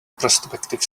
prospective